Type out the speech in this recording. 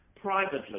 privately